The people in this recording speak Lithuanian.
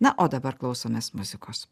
na o dabar klausomės muzikos